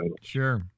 Sure